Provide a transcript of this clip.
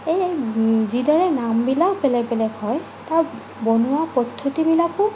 এইয়াই যিদৰে নামবিলাক বেলেগ বেলেগ হয় তাৰ বনোৱাৰ পদ্ধতিবিলাকো